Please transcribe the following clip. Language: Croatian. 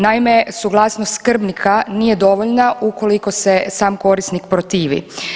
Naime, suglasnost skrbnika nije dovoljna ukoliko se sam korisnik protivi.